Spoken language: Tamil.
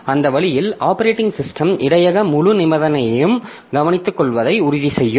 அந்த வழியில் ஆப்பரேட்டிங் சிஸ்டம் இடையக முழு நிபந்தனையையும் கவனித்துக்கொள்வதை உறுதி செய்யும்